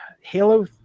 Halo